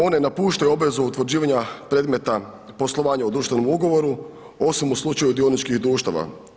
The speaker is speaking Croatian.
One napuštaju obavezu utvrđivanja predmeta poslovanja u društvenom ugovoru osim u slučaju dioničkih društava.